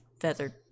feathered